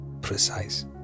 precise